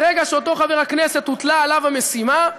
מהרגע שאותו חבר הכנסת הוטלה עליו המשימה,